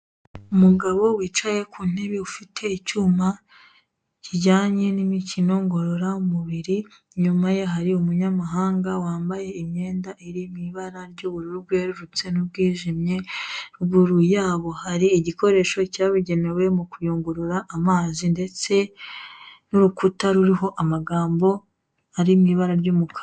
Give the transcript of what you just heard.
Umugabo wicaye ku ntebe ufite icyuma kijyanye n'imikino ngororamubiri; inyuma ye hari umunyamahanga wambaye imyenda iri mu ibara ry'ubururu bwerurutse n'ubwijimye; ruguru ya bo hari igikoresho cyabugenewe mu kuyungurura amazi, ndetse n'urukuta ruriho amagambo ari mu ibara ry'umuka...